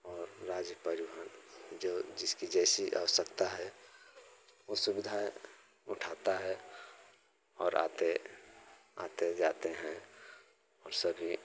और राज्य परिवहन जो जिसकी जैसी आवश्कता है वो सुविधा उठाता है और आते आते जाते हैं और सभी